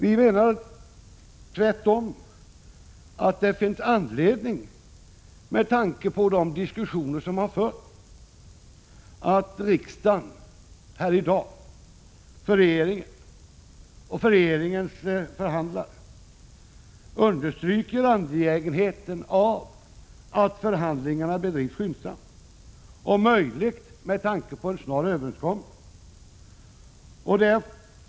Vi menar tvärtom — med tanke på de diskussioner som förts — att det finns anledning för riksdagen att här i dag för regeringen och regeringens förhandlare understryka angelägenheten av att förhandlingarna bedrivs skyndsamt, om möjligt med sikte på en snar överenskommelse.